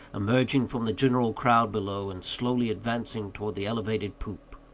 emerging from the general crowd below, and slowly advancing towards the elevated poop.